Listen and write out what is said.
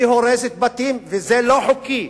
היא הורסת בתים, וזה לא חוקי.